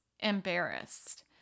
embarrassed